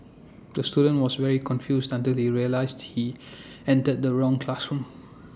the student was very confused until he realised he entered the wrong classroom